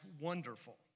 wonderful